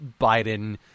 Biden